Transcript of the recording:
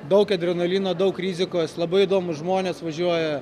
daug adrenalino daug rizikos labai įdomūs žmonės važiuoja